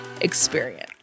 experience